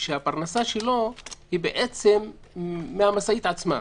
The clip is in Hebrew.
שהפרנסה שלו היא בעצם מהמשאית עצמה.